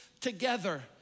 together